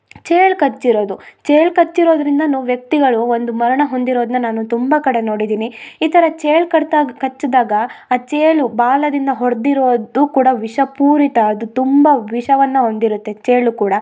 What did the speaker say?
ಚೇಳು ಕಚ್ಚಿರೋದು ಚೇಳು ಕಚ್ಚಿರೋದರಿಂದನೂ ವ್ಯಕ್ತಿಗಳು ಒಂದು ಮರಣ ಹೊಂದಿರೋದನ್ನ ನಾನು ತುಂಬ ಕಡೆ ನೋಡಿದ್ದೀನಿ ಈ ಥರ ಚೇಳು ಕಡ್ತ ಕಚ್ದಾಗ ಆ ಚೇಳು ಬಾಲದಿಂದ ಹೊಡ್ದಿರೋದ್ದು ಕೂಡ ವಿಷಪೂರಿತ ಅದು ತುಂಬಾ ವಿಷವನ್ನ ಒಂದಿರುತ್ತೆ ಚೇಳು ಕೂಡ